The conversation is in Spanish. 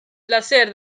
placer